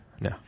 No